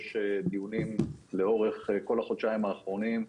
יש דיונים לאורך כל החודשיים האחרונים,